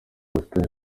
bifitanye